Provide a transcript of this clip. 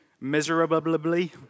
miserably